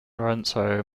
lorenzo